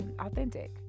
authentic